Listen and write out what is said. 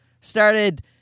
Started